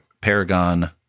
Paragon